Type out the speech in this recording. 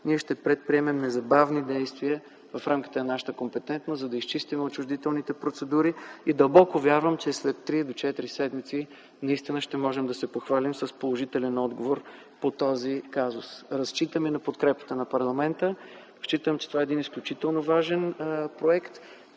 ние ще предприемем незабавни действия в рамките на нашата компетентност, за да изчистим отчуждителните процедури и дълбоко вярвам, че след три до четири седмици наистина ще можем да се похвалим с положителен отговор по този казус. Разчитаме на подкрепата на парламента. Считам, че това е един изключително важен проект.